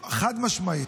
חד-משמעית.